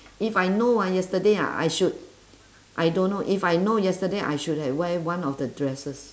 if I know ah yesterday ah I should I don't know if I know yesterday I should have wear one of the dresses